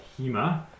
HEMA